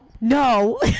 No